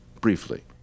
briefly